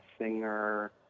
singer